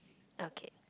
okay